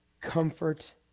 Comfort